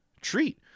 treat